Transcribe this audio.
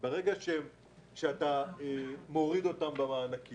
אם אתה מוריד אותם במענקים,